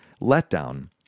Letdown